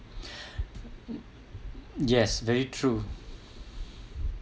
yes very true